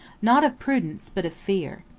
not of prudence, but of fear.